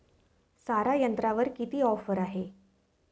सारा यंत्रावर किती ऑफर आहे?